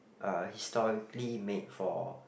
uh historically made for